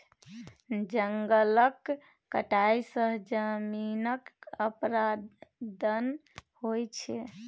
जंगलक कटाई सँ जमीनक अपरदन होइ छै